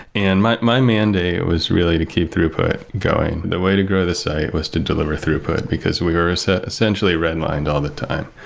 and my my mandate was really to keep throughput going. the way to grow this site was to deliver throughput, because we're ah essentially redlined all the time.